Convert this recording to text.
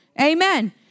amen